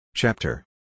Chapter